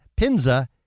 Pinza